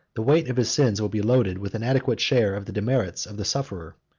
the weight of his sins will be loaded with an adequate share of the demerits of the sufferer.